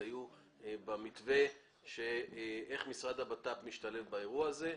היו במתווה איך המשרד לביטחון פנים משתלב באירוע הזה.